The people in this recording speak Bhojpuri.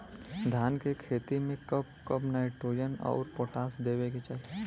धान के खेती मे कब कब नाइट्रोजन अउर पोटाश देवे के चाही?